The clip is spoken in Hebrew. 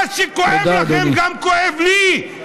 מה שכואב לכם כואב גם לי.